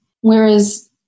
Whereas